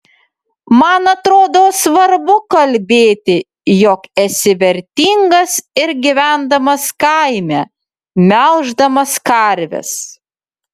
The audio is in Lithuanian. man atrodo svarbu kalbėti jog esi vertingas ir gyvendamas kaime melždamas karves